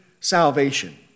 salvation